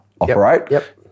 operate